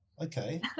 okay